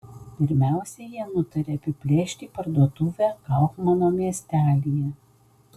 pirmiausia jie nutarė apiplėšti parduotuvę kaufmano miestelyje